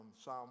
Psalm